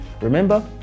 Remember